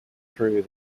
through